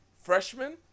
freshman